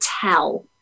tell